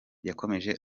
yakomeje